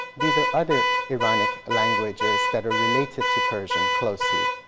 these are other iranic languages that are related to persian closely.